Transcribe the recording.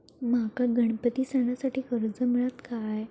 माका गणपती सणासाठी कर्ज मिळत काय?